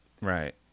Right